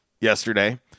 yesterday